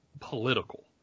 political